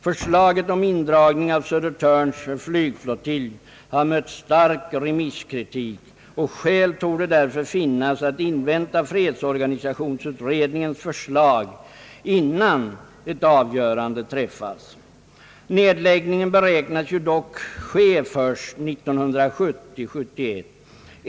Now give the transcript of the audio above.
Förslaget om indragning av Södertörns flygflottilj har mött stark remisskritik, och skäl torde därför finnas att invänta fredsorganisationsutredningens förslag innan ett avgörande träffas. Nedläggningen beräknas ju dock ske först 1970 —L1971.